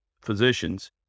physicians